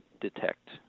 detect